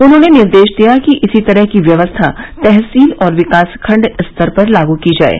उन्होंने निर्देश दिया कि इसी तरह की व्यवस्था तहसील और विकासखण्ड स्तर पर लागू की जाये